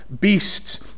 beasts